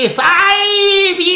five